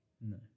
No